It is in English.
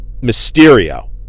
Mysterio